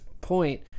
point